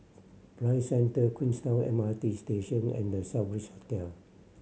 Prime Centre Queenstown M R T Station and The Southbridge Hotel